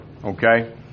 Okay